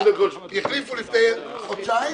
החליפו לפני חודשיים,